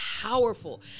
powerful